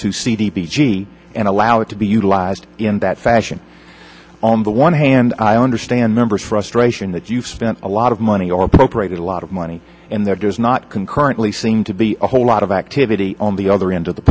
cd and allow it to be utilized in that fashion on the one hand i understand members frustrating that you've spent a lot of money or appropriated a lot of money and there does not concurrently seem to be a whole lot of activity on the other end of the